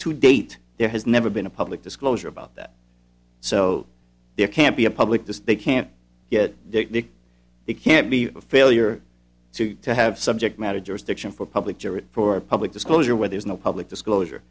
to date there has never been a public disclosure about that so there can't be a public this they can't get it can't be a failure to have subject matter jurisdiction for public for public disclosure where there's no public disclosure